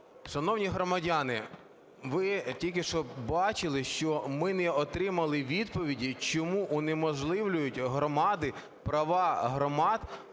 Шановні громадяни, ви тільки що бачили, що ми не отримали відповіді, чому унеможливлюють громади права громад